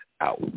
out